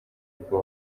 bwo